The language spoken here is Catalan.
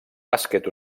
bàsquet